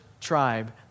tribe